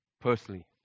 personally